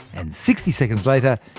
and sixty seconds later,